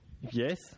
Yes